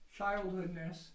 childhoodness